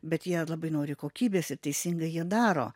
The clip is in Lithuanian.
bet jie labai nori kokybės ir teisingai jie daro